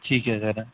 ਠੀਕ ਹੈ ਸਰ